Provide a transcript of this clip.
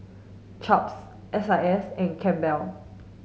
Chaps S I S and Campbell's